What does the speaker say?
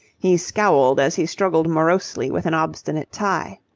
he scowled as he struggled morosely with an obstinate tie.